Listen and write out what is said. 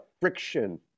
friction